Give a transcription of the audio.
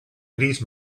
gris